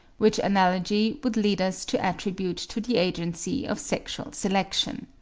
which analogy would lead us to attribute to the agency of sexual selection.